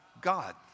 God